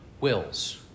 wills